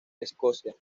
escocia